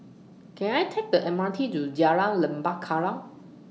Can I Take The M R T to Jalan Lembah Kallang